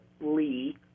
Lee